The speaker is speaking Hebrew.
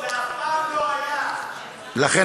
מה זה שמונה שנות לימוד בחובה,